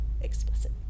explicit